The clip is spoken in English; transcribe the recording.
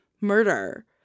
murder